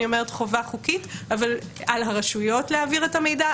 חובה חוקית על הרשויות להעביר את המידע,